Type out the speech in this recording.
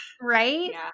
Right